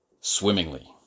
swimmingly